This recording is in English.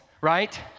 right